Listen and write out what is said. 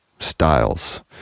styles